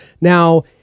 Now